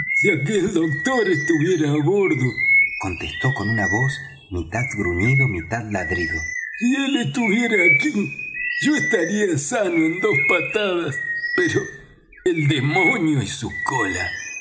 aquel doctor estuviera á bordo contestó con una voz mitad gruñido mitad ladrido si él estuviera aquí yo estaría sano en dos patadas pero el demonio y su cola